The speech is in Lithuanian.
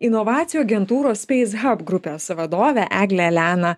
inovacijų agentūros space hub grupės vadovę eglę eleną